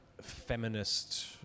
feminist